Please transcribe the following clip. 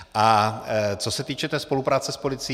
A co se týče té spolupráce s policií.